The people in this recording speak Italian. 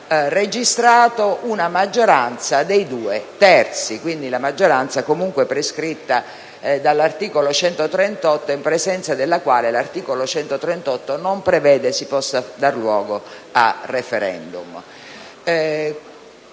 registrato una maggioranza dei due terzi, quindi la maggioranza comunque prescritta dall'articolo 138 della Costituzione in presenza della quale tale articolo non prevede si possa dar luogo a *referendum*.